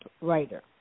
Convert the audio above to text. writer